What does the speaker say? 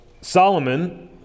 Solomon